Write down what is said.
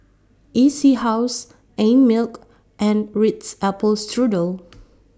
E C House Einmilk and Ritz Apple Strudel